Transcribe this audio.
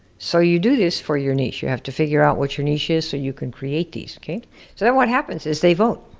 so you do this for your niche. you have to figure out what your niche is so you can create these, okay? so then what happens is they vote.